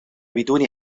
بدون